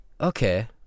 Okay